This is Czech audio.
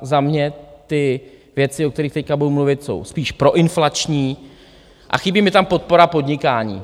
Za mě ty věci, o kterých teď budu mluvit, jsou spíš proinflační a chybí mi tam podpora podnikání.